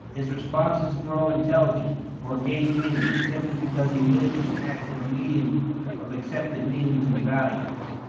his responses grow intelligent, or gain meaning, simply because he lives and acts in a medium of accepted meanings and values.